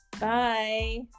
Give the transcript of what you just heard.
Bye